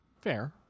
Fair